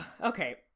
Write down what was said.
okay